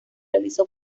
realizó